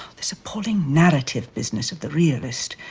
this appalling narrative business of the realist,